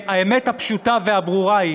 האמת הפשוטה והברורה היא